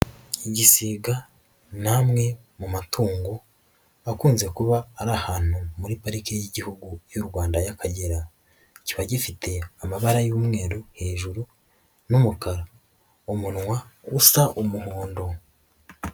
Igisiga ni amwe mu matungo akunze kuba ari ahantu muri pariki y'igihugu y'u Rwanda y'Akagera, kiba gifite amabara y'umweru hejuru n'umukara n'umunwa w'umuhondo.